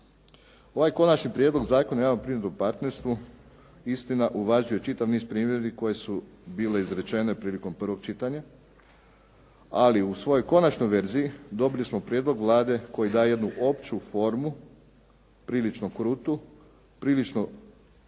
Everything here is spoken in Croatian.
Ovaj Konačni prijedlog zakona o javno-privatnom partnerstvu istina uvažuje čitav niz primjedbi koje su bile izrečene prilikom prvog čitanja, ali u svojoj konačnoj verziji dobili smo prijedlog Vlade koji daje jednu opću formu, prilično krutu, prilično